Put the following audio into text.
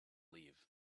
leave